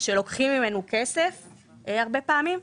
שלוקחים מאיתנו כסף הרבה פעמים,